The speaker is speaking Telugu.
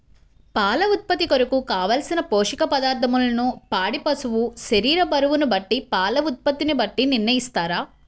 పాల ఉత్పత్తి కొరకు, కావలసిన పోషక పదార్ధములను పాడి పశువు శరీర బరువును బట్టి పాల ఉత్పత్తిని బట్టి నిర్ణయిస్తారా?